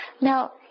Now